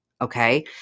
okay